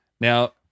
Now